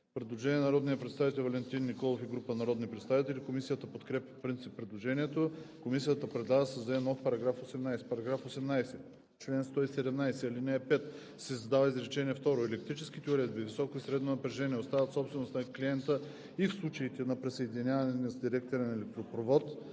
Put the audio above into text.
Предложение на народния представител Валентин Николов и група народни представители. Комисията подкрепя по принцип предложението. Комисията предлага да се създаде нов § 18: „§ 18. В чл. 117, ал. 5 се създава изречение второ: „Електрическите уредби високо и средно напрежение остават собственост на клиента и в случаите на присъединяване с директен електропровод